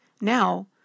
Now